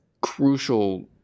crucial